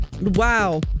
Wow